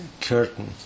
curtain